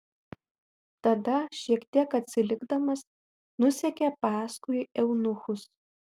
tada šiek tiek atsilikdamas nusekė paskui eunuchus